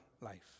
life